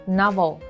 novel